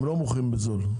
הם לא מוכרים בזול.